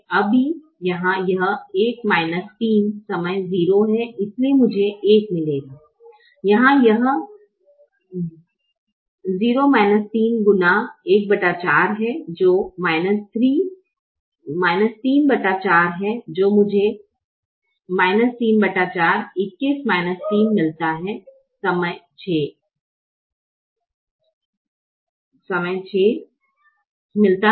अभी यहां यह 1 1 01 है इसलिए मुझे 1 मिलेगा यहां यह 0 3 x ¼ है जो 34 है मुझे 34 21 जो 3 मिलता है